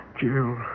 jill